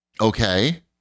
okay